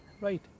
Right